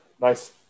Nice